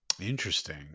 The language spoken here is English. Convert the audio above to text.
Interesting